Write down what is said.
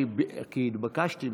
כי התבקשתי,